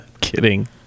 Kidding